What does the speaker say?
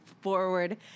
forward